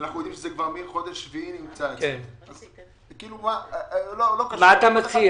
אנחנו יודעים שזה נמצא אצלם מהחודש השביעי אז -- מה אתה מציע?